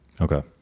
Okay